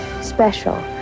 special